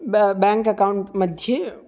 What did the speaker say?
ब bank account मध्ये